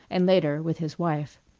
and later with his wife.